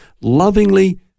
lovingly